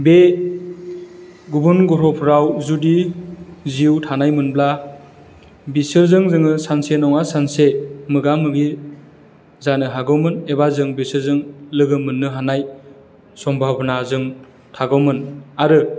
बे गुबुन ग्रहफोराव जुदि जिउ थानायमोनब्ला बिसोरजों जोङो सानसे नङा सानसे मोगा मोगि जानो हागौमोन एबा जों बिसोरजों लोगो मोननो हानाय सम्भाबना जों थागौमोन आरो